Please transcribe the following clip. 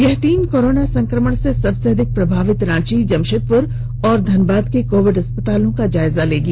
यह team corona संक्रमण से सबसे अधिक प्रभवित रांची जमशेदपुर और धनबाद के कोविड अस्पतालों का जायजा लेगी